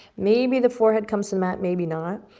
maybe the forehead comes to the mat, maybe not.